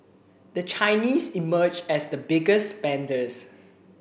the Chinese emerged as the biggest spenders